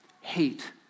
hate